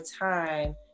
time